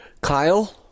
Kyle